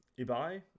Ibai